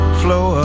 flow